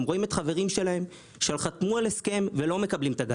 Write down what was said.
הם רואים את חברים שלהם שחתמו על הסכם ולא מקבלים את הגז הטבעי.